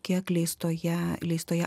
kiek leistoje leistoje